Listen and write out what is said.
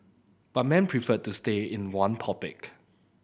but men prefer to stay in one topic